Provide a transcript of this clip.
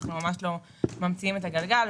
אנחנו ממש לא ממציאים את הגלגל.